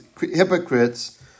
hypocrites